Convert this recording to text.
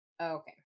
okay